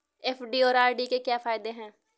FD और RD के क्या फायदे हैं?